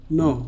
no